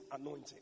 anointing